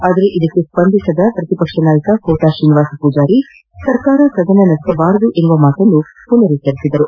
ಆದರೆ ಇದಕ್ಕೆ ಸ್ಪಂದಿಸದ ಪ್ರತಿಪಕ್ಷದ ನಾಯಕ ಕೋಟಾ ಶ್ರೀನಿವಾಸ್ ಪೂಜಾರಿ ಸರ್ಕಾರ ಸದನ ನಡೆಸಬಾರದು ಎಂಬ ಮಾತನ್ನು ಪುನರುಚ್ಚರಿಸಿದರು